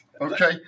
okay